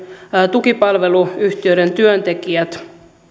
tukipalveluyhtiöiden työntekijät